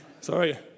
Sorry